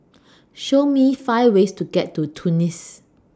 Show Me five ways to get to Tunis